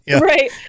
right